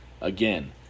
Again